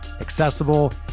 accessible